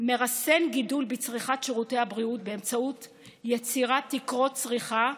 מרסן גידול בצריכת שירותי הבריאות באמצעות יצירת תקרות צריכה,